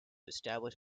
establish